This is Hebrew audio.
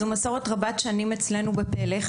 זו מסורת רבת שנים אצלנו בפלך.